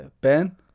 Ben